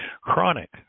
chronic